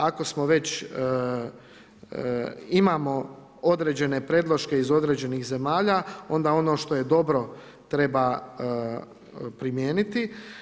Ako smo već, imamo određene predloške iz određenih zemalja, onda ono što je dobro treba primijeniti.